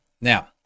Now